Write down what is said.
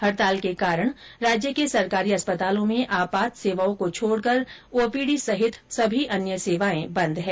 हड़ताल के कारण राज्य के सरकारी अस्पतालों में आपात सेवाओं को छोड़कर ओ पी डी समेत सभी अन्य सेवाएं बंद हैं